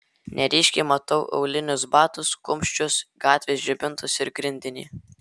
neryškiai matau aulinius batus kumščius gatvės žibintus ir grindinį